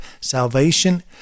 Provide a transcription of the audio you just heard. salvation